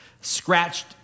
scratched